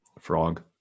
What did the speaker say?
Frog